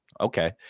okay